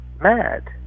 mad